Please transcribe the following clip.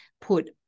put